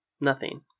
Nothing